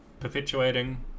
perpetuating